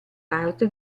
parte